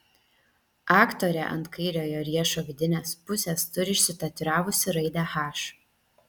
aktorė ant kairiojo riešo vidinės pusės turi išsitatuiravusi raidę h